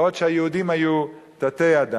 בעוד שהיהודים היו תת-אדם.